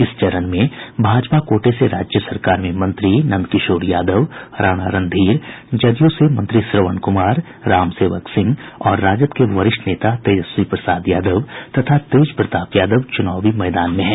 इस चरण में भाजपा कोटे से राज्य सरकार में मंत्री नंदकिशोर यादव राणा रणधीर जदयू से मंत्री श्रवण कुमार राम सेवक सिंह और राजद के वरिष्ठ नेता तेजस्वी प्रसाद यादव तथा तेज प्रताप यादव चुनावी मैदान में हैं